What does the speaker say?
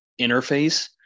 interface